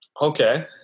Okay